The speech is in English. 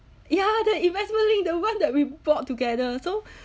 ya the investment-linked the one that we brought together so